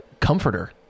comforter